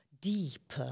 deep